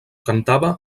cantava